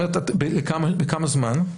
בכמה זמן?